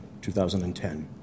2010